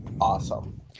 awesome